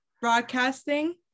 broadcasting